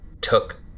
took